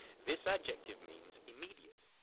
this adjective means immediate,